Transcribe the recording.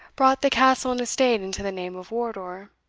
brought the castle and estate into the name of wardour,